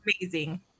amazing